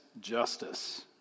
justice